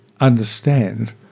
understand